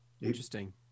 Interesting